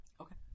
Okay